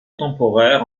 temporaire